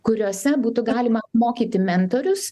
kuriose būtų galima mokyti mentorius